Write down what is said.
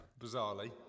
bizarrely